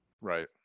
Right